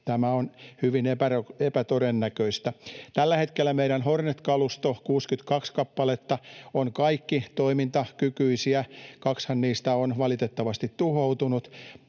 Tämä on hyvin epätodennäköistä. Tällä hetkellä meidän Hornet-kalustomme, kaikki 62 kappaletta, on toimintakykyinen. Kaksihan niistä on valitettavasti tuhoutunut,